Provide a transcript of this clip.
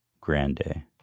Grande